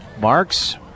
Marks